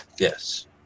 Yes